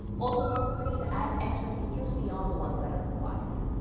also feel free to add extra features beyond the ones that are required.